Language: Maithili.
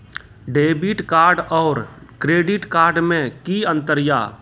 डेबिट कार्ड और क्रेडिट कार्ड मे कि अंतर या?